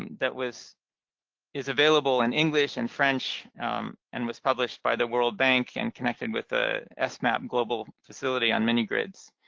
that was is available in and english and french and was published by the world bank and connected with the esmapp global facility on mini grids.